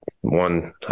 one